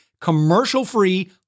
commercial-free